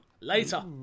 later